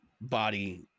body